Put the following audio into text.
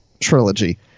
trilogy